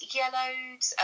yellows